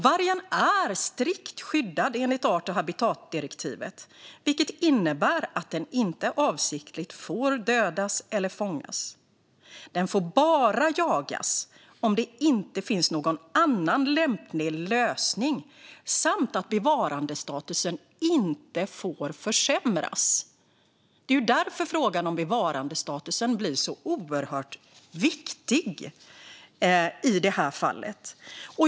Vargen är strikt skyddad enligt art och habitatdirektivet, vilket innebär att den inte avsiktligt får dödas eller fångas. Den får bara jagas om det inte finns någon annan lämplig lösning, och bevarandestatusen får inte försämras. Det är därför frågan om bevarandestatusen blir så oerhört viktig i det här fallet.